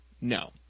No